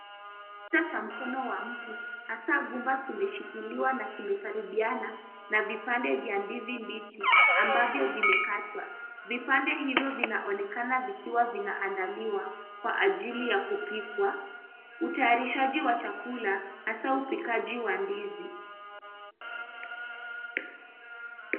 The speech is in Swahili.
Kidole cha mkono wa mtu hasa gumba kimeshikiliwa na kimekaribiana na vipande vya ndizi mbichi ambavyo vimekatwa. Vipande hivo vinaonekana vikiwa vinaandaliwa kwa ajili ya kupikwa. Utayarishaji wa chakula hasa upikaji wa ndizi.